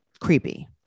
creepy